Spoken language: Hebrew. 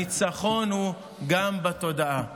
הניצחון הוא גם בתודעה.